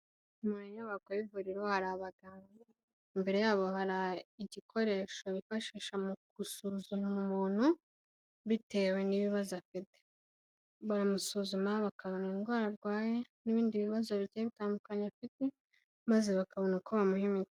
Mu nyubako y'ivuriro hari abaganga, imbere yabo hari igikoresho bifashisha mu gusuzuma umuntu, bitewe n'ibibazo afite. Baramusuzuma bakabona indwara arwaye, n'ibindi bibazo bigiye bitandukanye afite, maze bakabona uko bamuhe imiti.